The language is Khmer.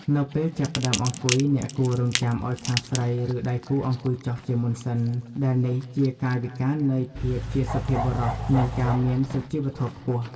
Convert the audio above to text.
នៅពេលចាប់ផ្តើមអង្គុយ អ្នកគួររង់ចាំឱ្យខាងស្រី ឬដៃគូអង្គុយចុះជាមុនសិន ដែលនេះគឺជាកាយវិការនៃភាពជាសុភាពបុរស និងការមានសុជីវធម៌ខ្ពស់។